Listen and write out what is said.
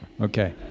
Okay